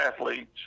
athletes